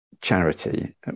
charity